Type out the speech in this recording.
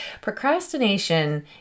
Procrastination